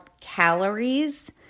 calories